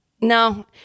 No